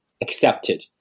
accepted